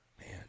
man